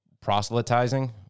proselytizing